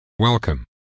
Welcome